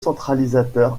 centralisateur